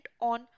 on